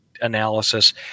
analysis